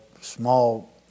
small